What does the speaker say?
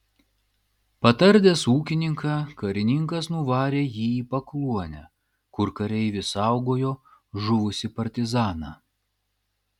patardęs ūkininką karininkas nuvarė jį į pakluonę kur kareivis saugojo žuvusį partizaną